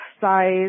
size